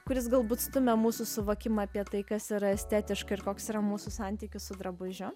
kuris galbūt stumia mūsų suvokimą apie tai kas yra estetiška ir koks yra mūsų santykis su drabužiu